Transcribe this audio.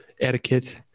etiquette